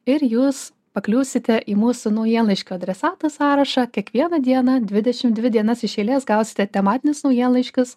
ir jūs pakliūsite į mūsų naujienlaiškių adresatų sąrašą kiekvieną dieną dvidešimt dvi dienas iš eilės gausite tematinius naujienlaiškius